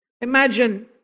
Imagine